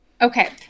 Okay